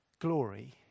glory